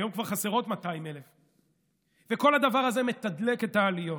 היום כבר חסרות 200,000. וכל הדבר הזה מתדלק את העליות.